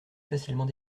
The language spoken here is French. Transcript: facilement